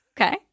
okay